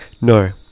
No